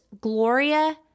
Gloria